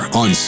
on